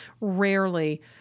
rarely